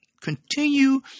continue